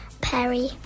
Perry